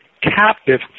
captive